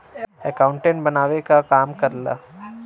accountant बनावे क काम करेला